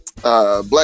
Black